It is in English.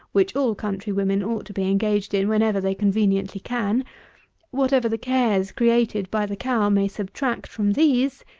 which all country women ought to be engaged in whenever they conveniently can whatever the cares created by the cow may subtract from these,